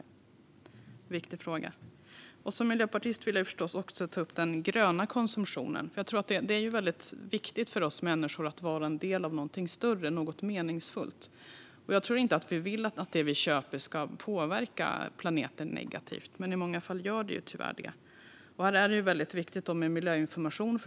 Det är en viktig fråga. Som miljöpartist vill jag förstås ta upp den gröna konsumtionen. Det är viktigt för oss människor att vara del av något större, något meningsfullt. Jag tror inte att vi vill att det vi köper ska påverka planeten negativt, men i många fall gör det tyvärr det. Här är det förstås viktigt med miljöinformation.